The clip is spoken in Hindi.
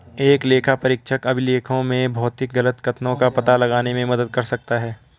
एक लेखापरीक्षक अभिलेखों में भौतिक गलत कथनों का पता लगाने में मदद कर सकता है